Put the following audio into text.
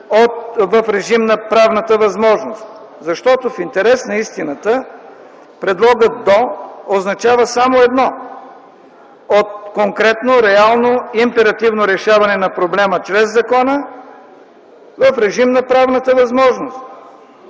в режим на правната възможност. Защото в интерес на истината предлогът „до” означава само едно – от конкретно реално императивно решаване на проблема чрез закона в режим на правната възможност.